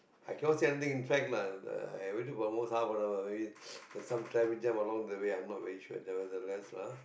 I can not say anything in fact lah but I waited for almost half an hour maybe there's some traffic jam along the way I'm not sure very sure nevertheless ah